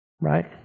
Right